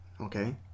okay